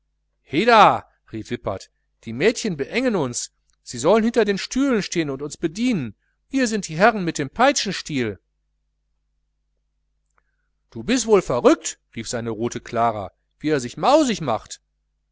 heda rief wippert die mädchen beengen uns sie sollen hinter den stühlen stehn und uns bedienen wir sind die herren mit dem peitschenstiel du bist wohl verrückt rief seine rote clara wie er sich mausig macht